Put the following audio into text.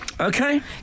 Okay